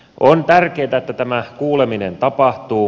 on tärkeätä että tämä kuuleminen tapahtuu